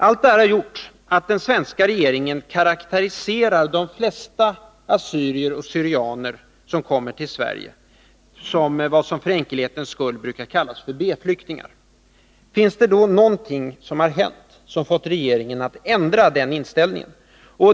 Allt detta har gjort att den svenska regeringen karakteriserar de flesta assyrier och syrianer som kommer till Sverige som vad som för enkelhetens skull brukar kallas för B-flyktingar. Finns det då någonting som hänt som fått regeringen att ändra den inställningen?